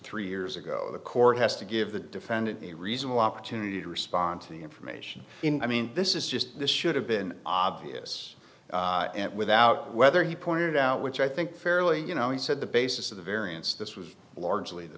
three years ago the org has to give the defendant a reasonable opportunity to respond to the information i mean this is just this should have been obvious without whether he pointed out which i think fairly you know he said the basis of the variance this was largely the